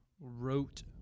wrote